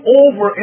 over